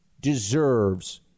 deserves